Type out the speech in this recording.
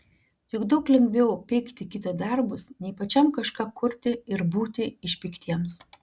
juk daug lengviau peikti kito darbus nei pačiam kažką kurti ir būti išpeiktiems